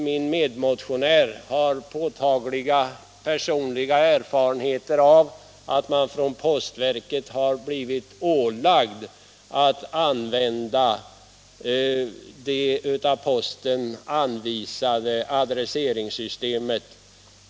Min medmotionär har påtagliga personliga erfarenheter av att man från postverket har blivit ålagd att använda det av posten anvisade adresseringssystemet.